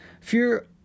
Fear